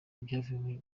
ibyavuye